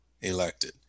elected